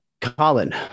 Colin